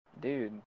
Dude